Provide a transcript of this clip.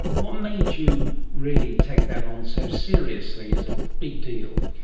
what made you really take that on so seriously as a big deal?